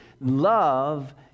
Love